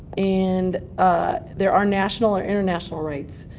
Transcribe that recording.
and there are national or international rates.